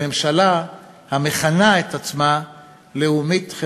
לממשלה המכנה את עצמה לאומית-חברתית.